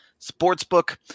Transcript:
Sportsbook